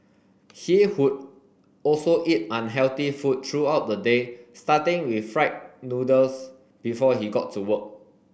he would also eat unhealthy food throughout the day starting with fried noodles before he got to work